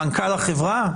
מנכ"ל החברה?